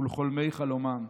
ולחולמי חלומם,